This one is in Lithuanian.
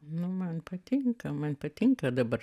nu man patinka man patinka dabar